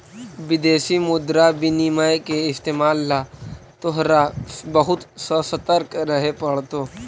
विदेशी मुद्रा विनिमय के इस्तेमाल ला तोहरा बहुत ससतर्क रहे पड़तो